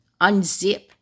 unzip